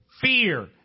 fear